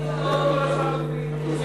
למה אתה מוציא הודעות כל הזמן בפייסבוק?